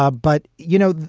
ah but, you know,